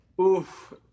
Oof